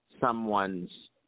someone's